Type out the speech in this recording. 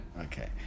Okay